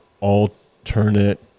alternate